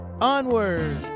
Onward